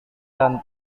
dan